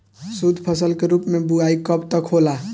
शुद्धफसल के रूप में बुआई कब तक होला?